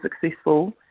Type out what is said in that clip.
successful